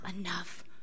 enough